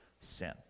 sin